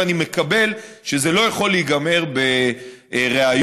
ואני מקבל שזה לא יכול להיגמר בריאיון,